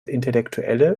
intellektuelle